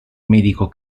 medico